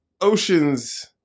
Oceans